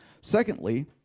Secondly